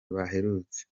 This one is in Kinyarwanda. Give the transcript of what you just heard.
baherutse